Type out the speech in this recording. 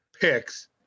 picks